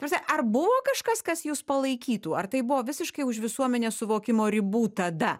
ta prasme ar buvo kažkas kas jus palaikytų ar tai buvo visiškai už visuomenės suvokimo ribų tada